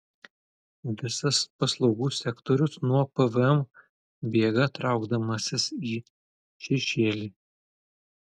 visas paslaugų sektorius nuo pvm bėga traukdamasis į šešėlį